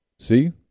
See